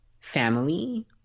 family